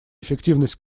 эффективность